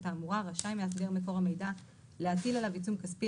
האמורה רשאי מאסדר מקור המידע להטיל עליו עיצום כספי,